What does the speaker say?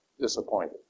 disappointed